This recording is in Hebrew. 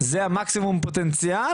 זה המקסימום פוטנציאל?